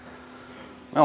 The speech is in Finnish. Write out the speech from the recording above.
me